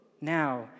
now